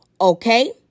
Okay